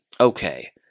Okay